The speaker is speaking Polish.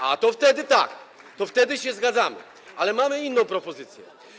A, to wtedy tak, to wtedy się zgadzamy, ale mamy inną propozycję.